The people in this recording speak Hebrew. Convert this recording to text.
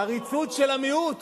או, עריצות של המיעוט.